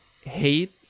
hate